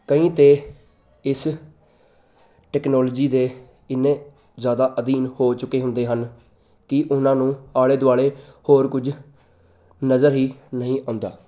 ਕਈ ਤਾਂ ਇਸ ਟੈਕਨੋਲੋਜੀ ਦੇ ਇੰਨੇ ਜ਼ਿਆਦਾ ਅਧੀਨ ਹੋ ਚੁੱਕੇ ਹੁੰਦੇ ਹਨ ਕਿ ਉਹਨਾਂ ਨੂੰ ਆਲੇ ਦੁਆਲੇ ਹੋਰ ਕੁਝ ਨਜ਼ਰ ਹੀ ਨਹੀਂ ਆਉਂਦਾ